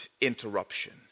interruption